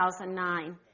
2009